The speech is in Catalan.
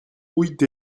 huit